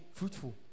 fruitful